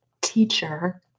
teacher